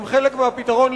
הם חלק מהפתרון,